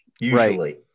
usually